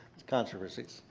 it's controversies.